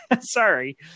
Sorry